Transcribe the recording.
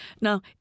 Now